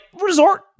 resort